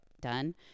done